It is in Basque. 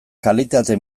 kalitate